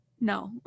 no